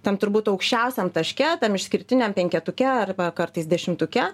tam turbūt aukščiausiam taške tam išskirtiniam penketuke arba kartais dešimtuke